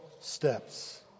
steps